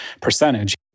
percentage